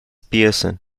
pearson